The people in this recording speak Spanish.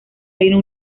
reino